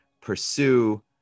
pursue